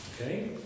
Okay